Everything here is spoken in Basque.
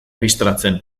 bistaratzen